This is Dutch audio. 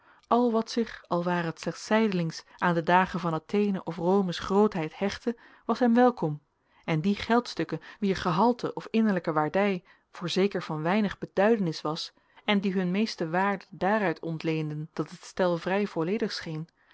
al wat zich al ware het slechts zijdelings aan de dagen van athene of rome's grootheid hechtte was hem welkom en die geldstukken wier gehalte of innerlijke waardij voorzeker van weinig beduidenis was en die hun meeste waarde daaruit ontleenden dat het stel vrij volledig